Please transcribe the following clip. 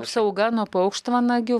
apsauga nuo paukštvanagių